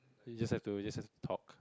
you just have to have to talk